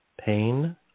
pain